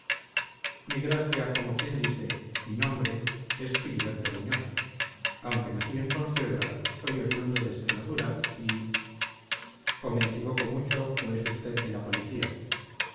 mi gracia como quien dice mi nombre es filiberto muñoz aunque nací en consuegra soy orundio de extremadura y o me equivoco mucho o es usted de la policía